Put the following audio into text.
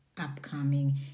upcoming